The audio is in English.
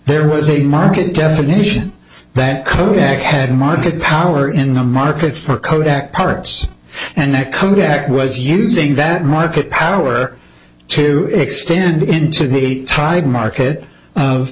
there was a market definition that kodak had market power in the market for kodak parts and that kodak was using that market power to extend into the tiger market of